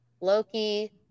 Loki